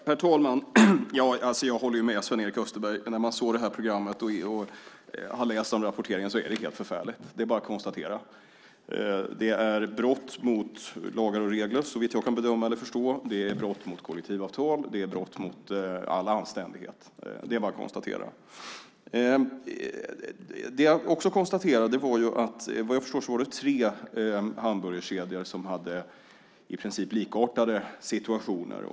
Herr talman! Jag håller med Sven-Erik Österberg. Det programmet och rapporteringen visade är helt förfärligt. Det är bara att konstatera. Det är ett brott mot lagar och regler såvitt jag kan bedöma. Det är ett brott mot kollektivavtalen. Det är ett brott mot all anständighet. Det jag också konstaterade var att det rörde sig om tre hamburgerkedjor där situationen i princip var likartad.